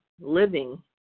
living